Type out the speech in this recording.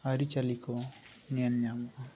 ᱟᱹᱨᱤ ᱪᱟᱹᱞᱤᱠᱩ ᱧᱮᱞ ᱧᱟᱢᱚᱜᱼᱟ